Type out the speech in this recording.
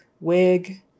wig